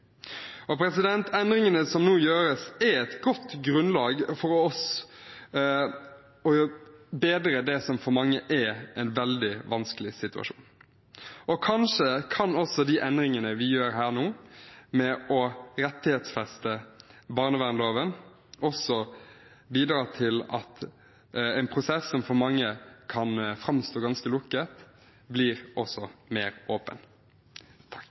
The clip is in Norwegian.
Endringene som nå gjøres, er et godt grunnlag for å bedre det som for mange er en veldig vanskelig situasjon. Kanskje kan de endringene vi gjør her nå, med å rettighetsfeste barnevernsloven, også bidra til at en prosess som for mange kan framstå ganske lukket, blir mer åpen.